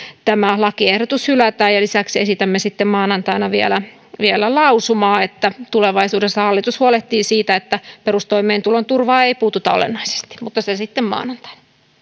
tämä lakiehdotus hylätään lisäksi esitämme maanantaina vielä vielä lausumaa että tulevaisuudessa hallitus huolehtii siitä että perustoimeentulon turvaan ei puututa olennaisesti mutta se sitten maanantaina